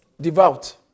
Devout